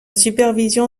supervision